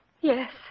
Yes